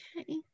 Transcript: Okay